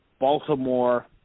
Baltimore